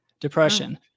Depression